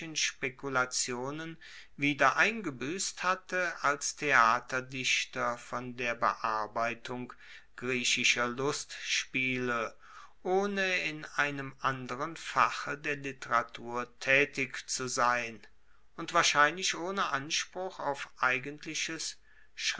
spekulationen wieder eingebuesst hatte als theaterdichter von der bearbeitung griechischer lustspiele ohne in einem anderen fache der literatur taetig zu sein und wahrscheinlich ohne anspruch auf eigentliches